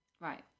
right